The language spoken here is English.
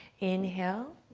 inhale,